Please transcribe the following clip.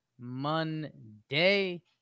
Monday